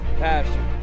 passion